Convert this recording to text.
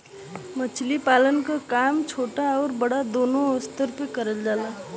मछली पालन क काम छोटा आउर बड़ा दूनो स्तर पे करल जाला